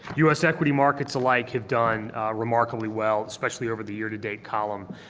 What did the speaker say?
u s. equity markets alike have done remarkably well, especially over the year to date column.